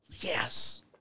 Yes